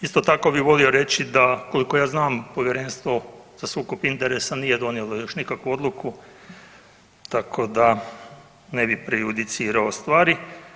Isto tako bi volio reći da koliko ja znam Povjerenstvo za sukob interesa nije donijelo još nikakvu odluku, tako da ne bi prejudicirao stvari.